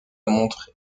montre